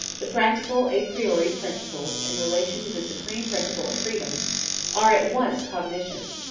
the practical a priori principles in relation to the supreme principle of freedom are at once cognitions,